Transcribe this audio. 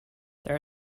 there